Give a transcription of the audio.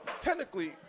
Technically